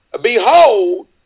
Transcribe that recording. behold